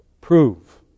prove